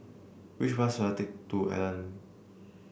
which bus should I take to Aruan